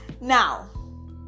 Now